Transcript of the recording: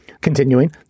Continuing